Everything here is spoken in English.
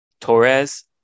Torres